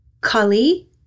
Kali